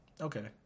Okay